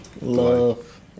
love